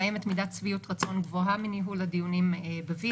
קיימת מידת שביעות רצון גבוהה מניהול הדיונים ב-VC.